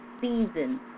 season